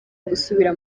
gusubira